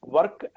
Work